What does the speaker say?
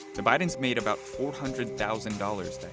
the bidens made about four hundred thousand dollars.